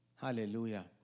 hallelujah